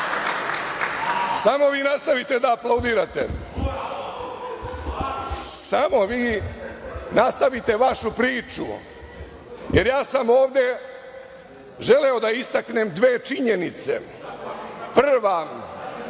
mora. Samo vi nastavite da aplaudirate. Samo vi nastavite vašu priču, jer ja sam ovde želeo da istaknem dve činjenice. Prva,